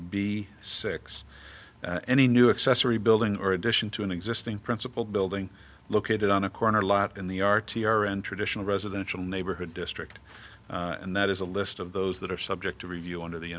b six any new accessory building or addition to an existing principal building located on a corner lot in the r t r and traditional residential neighborhood district and that is a list of those that are subject to review under the